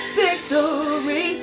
victory